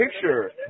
picture